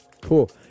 cool